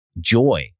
joy